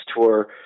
tour